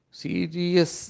serious